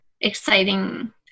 exciting